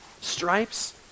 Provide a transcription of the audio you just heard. stripes